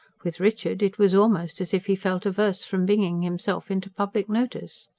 with richard, it was almost as if he felt averse from bringing himself into public notice.